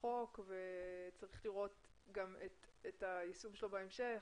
החוק וצריך לראות גם את היישום שלו בהמשך.